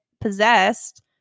possessed